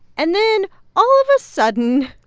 and then all of a sudden,